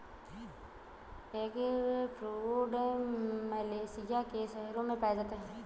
eggfruit Malaysia के शहरों में पाया जाता है